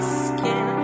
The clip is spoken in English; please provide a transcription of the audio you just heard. skin